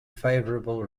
favorable